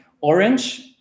orange